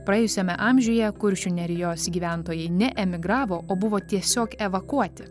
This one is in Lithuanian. praėjusiame amžiuje kuršių nerijos gyventojai neemigravo o buvo tiesiog evakuoti